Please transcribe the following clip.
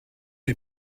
est